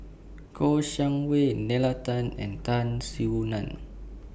Shang Wei Nalla Tan and Tan Soo NAN